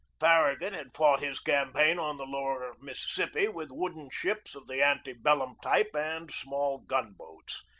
farragut had fought his campaign on the lower mississippi with wooden ships of the ante-bellum type and small gun-boats.